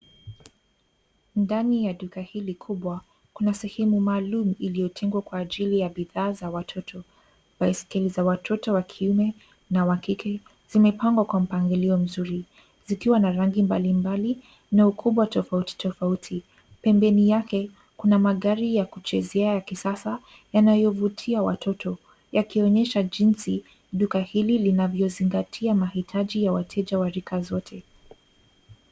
Ndani ya duka hili kubwa kuna sehemu maalum iliyotengwa kwa ajili ya bidhaa za watoto. Baiskeli za watoto wa kiume na wa kike zimepangwa kwa mpangilio mzuri zikiwa na rangi mbalimbali na ukubwa tofauti tofauti. Pembeni yake, kuna magari ya kuchezea ya kisasa yanayovutia watoto yakionyesha jinsi duka hili linavyozingatia mahitaji ya wateja wa rika zote.